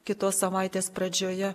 kitos savaitės pradžioje